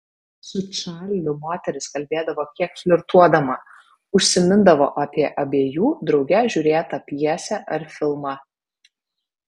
su čarliu moteris kalbėdavo kiek flirtuodama užsimindavo apie abiejų drauge žiūrėtą pjesę ar filmą